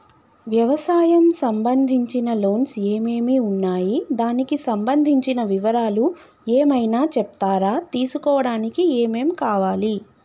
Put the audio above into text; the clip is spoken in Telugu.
వ్యవసాయం సంబంధించిన లోన్స్ ఏమేమి ఉన్నాయి దానికి సంబంధించిన వివరాలు ఏమైనా చెప్తారా తీసుకోవడానికి ఏమేం కావాలి?